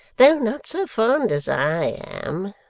though not so fond as i am.